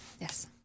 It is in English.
Yes